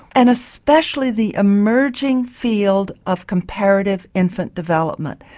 and especially the emerging field of comparative infant development.